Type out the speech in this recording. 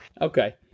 Okay